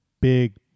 big